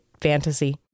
fantasy